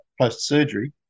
post-surgery